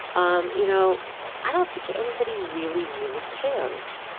um you know i don't think anybody really, really cares.